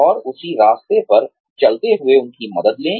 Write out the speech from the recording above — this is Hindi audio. और उसी रास्ते पर चलते हुए उनकी मदद लें